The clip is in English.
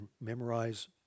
memorize